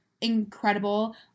incredible